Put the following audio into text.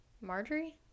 marjorie